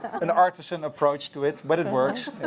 an artisan approach to it but it works.